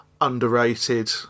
underrated